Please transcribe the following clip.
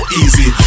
easy